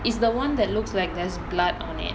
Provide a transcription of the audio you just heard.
is the [one] that looks like there's blood on it